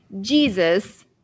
Jesus